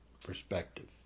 perspective